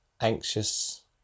anxious